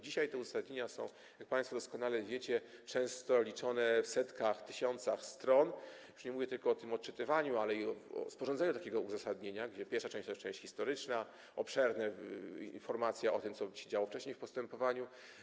Dzisiaj te uzasadnienia są, jak państwo doskonale wiecie, często liczone w setkach, tysiącach stron, już nie mówię tylko o odczytywaniu, ale i o sporządzeniu takiego uzasadnienia, gdzie pierwsza część to jest część historyczna, obszerne informacje o tym, co się działo wcześniej w postępowaniu.